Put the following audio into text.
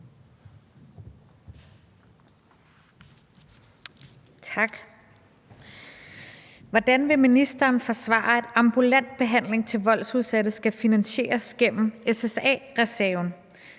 (EL): Hvordan vil ministeren forsvare, at ambulant behandling til voldsudsatte skal finansieres gennem SSA-reserven,